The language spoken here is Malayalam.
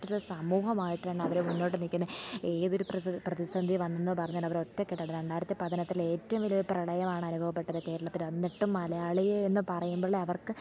ഒറ്റ ഒരു സമൂഹമായിട്ടാണ് അവർ മുന്നോട്ട് നിൽക്കുന്നത് ഏതൊരു പ്രതിസന്ധി വന്നെന്ന് പറഞ്ഞാൽ അവർ ഒറ്റ കെട്ടാണ് രണ്ടായിരത്തി പതിനെട്ടിൽ ഏറ്റവും വലിയൊരു പ്രളയമാണ് അനുഭവപ്പെട്ടത് കേരളത്തിൽ എന്നിട്ടും മലയാളി എന്ന് പറയുമ്പോൾ അവർക്ക്